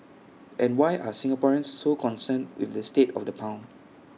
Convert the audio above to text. and why are Singaporeans so concerned with the state of the pound